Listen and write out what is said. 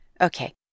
Okay